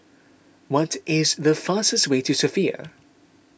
what is the fastest way to Sofia